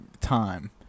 time